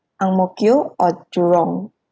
ang mo kio or jurong